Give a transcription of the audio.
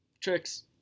Tricks